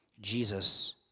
Jesus